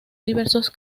diversos